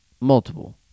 Multiple